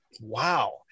Wow